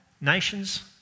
nations